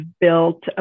built